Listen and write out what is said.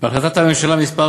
בהחלטת הממשלה מס'